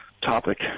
topic